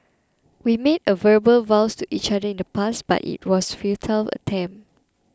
we made a verbal vows to each other in the past but it was futile attempt